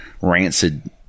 rancid